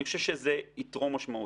אני חושב שזה יתרום משמעותית.